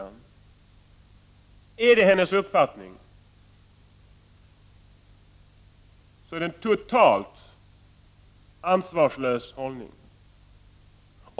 Om detta är hennes uppfattning, är det en totalt ansvarslös hållning.